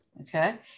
okay